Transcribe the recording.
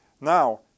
now